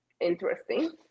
interesting